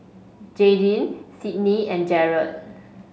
Jaidyn Sydney and Jered